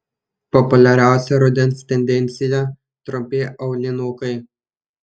populiariausia rudens tendencija trumpi aulinukai